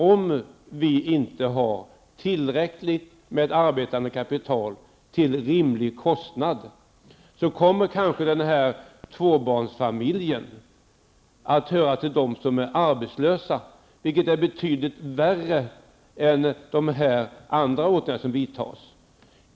Om det inte finns tillräckligt med arbetande kapital till rimlig kostnad kommer kanske den här tvåbarnsfamiljen att höra till de arbetslösa, vilket är betydligt värre än dessa andra åtgärder som vidtas.